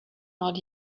not